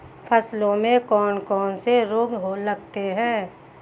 फसलों में कौन कौन से रोग लगते हैं?